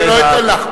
אני לא אתן לך.